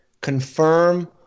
confirm